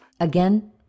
Again